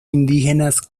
indígenas